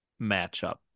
matchup